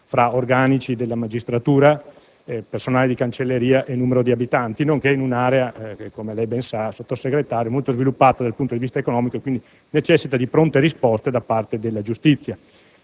tra organici della magistratura, personale di cancelleria e numero di abitanti, nonché un'area che, come lei ben sa, Sottosegretario, è molto sviluppata dal punto di vista economico e, quindi, necessita di pronte risposte da parte della giustizia.